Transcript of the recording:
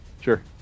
sure